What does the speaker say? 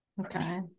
Okay